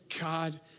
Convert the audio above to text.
God